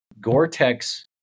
Gore-Tex